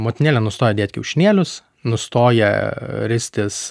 motinėlė nustoja dėt kiaušinėlius nustoja ristis